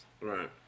Right